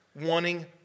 wanting